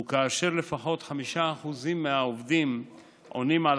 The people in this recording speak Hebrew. הוא כאשר לפחות 5% מהעובדים עונים על